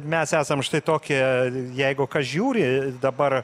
mes esam štai tokie jeigu kas žiūri dabar